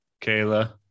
Kayla